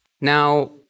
Now